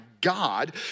God